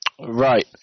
Right